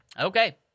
Okay